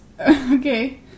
Okay